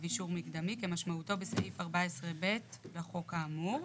אישור מקדמי כמשמעותו בסעיף 14(ב) לחוק האמור".